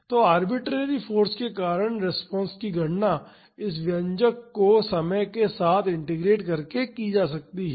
तो arbitrary force के कारण रिस्पांस की गणना इस व्यंजक को समय के साथ इंटीग्रेट करके की जा सकती है